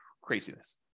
Craziness